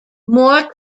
more